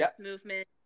movement